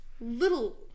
little